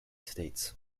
states